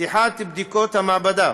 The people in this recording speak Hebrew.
פתיחת בדיקות המעבדה